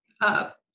up